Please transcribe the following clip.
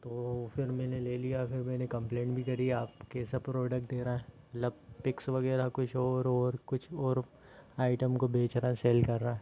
तो फिर मैंने ले लिया फिर मैंने कम्प्लेंट भी करी आप कैसा प्रोडक्ट दे रहे है मतलब पिक्स वगैरह कुछ और और कुछ और आइटम को बेच रहा है सेल कर रहा है